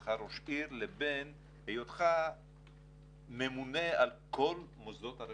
היותך ראש עיר לבין היותך ממונה על כל מוסדות הרווחה.